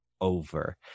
over